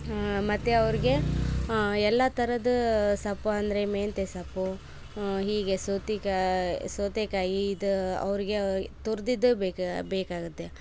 ಮತ್ತು ಅವರಿಗೆ ಎಲ್ಲ ಥರದ ಸೊಪ್ಪು ಅಂದರೆ ಮೆಂತೆ ಸೊಪ್ಪು ಹೀಗೆ ಸೋತಿಕಾ ಸೌತೆಕಾಯಿ ಇದು ಅವರಿಗೆ ತುರ್ದಿದ್ದೆ ಬೇಕಾ ಬೇಕಾಗುತ್ತೆ